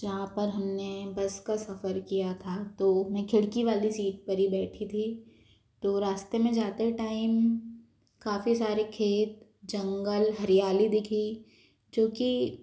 जहाँ पर हमने बस का सफ़र किया था तो मैं खिड़की वाली सीट पर ही बैठी थी तो रास्ते में जाते टाइम काफ़ी सारे खेत जंगल हरियाली दिखी जो कि